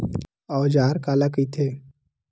औजार काला कइथे?